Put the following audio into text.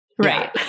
Right